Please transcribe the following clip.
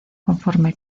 conforme